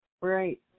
Right